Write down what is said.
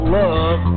love